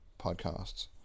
podcasts